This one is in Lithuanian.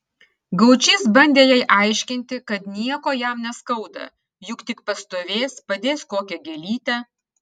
gaučys bandė jai aiškinti kad nieko jam neskauda juk tik pastovės padės kokią gėlytę